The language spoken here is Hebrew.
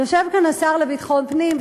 יושב כאן השר לביטחון הפנים,